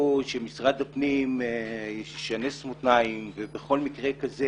משרד הפנים ישנס מותניים ובכל מקרה כזה